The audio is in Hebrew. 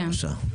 כן.